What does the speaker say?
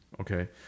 Okay